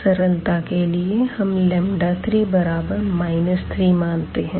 सरलता के लिए हम 3 3 मानते हैं